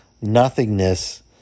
Nothingness